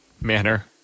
Manner